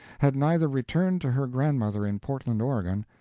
had neither returned to her grandmother in portland, oregon,